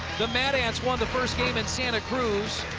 the mad ants won the first game in santa cruz